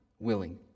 willing